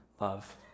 love